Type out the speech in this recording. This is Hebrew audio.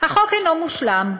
החוק אינו מושלם,